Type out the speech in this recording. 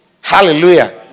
Hallelujah